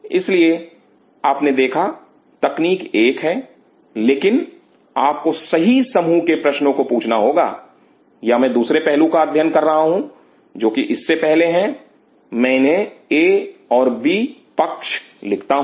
इसलिए आपने देखा तकनीक एक है लेकिन आपको सही समूह के प्रश्नों को पूछना होगा या मैं दूसरे पहलू का अध्ययन कर रहा हूं जो कि इससे पहले हैं मैं इन्हें ए और बी पक्ष लिखता हूं